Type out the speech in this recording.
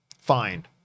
fine